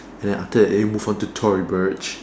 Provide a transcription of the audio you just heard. and then after that move on to Tory Burch